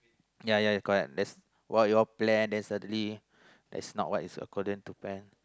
ya ya correct that's what you all plan then suddenly is not what is according to plan